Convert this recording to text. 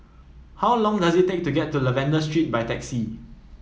how long does it take to get to Lavender Street by taxi